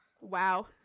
wow